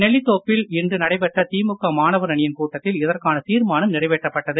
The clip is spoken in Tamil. நெல்லித்தோப்பில் இன்று நடைபெற்ற திமுக மாணவர் அணியின் கூட்டத்தில் இதற்கான தீர்மானம் நிறைவேற்றப்பட்டது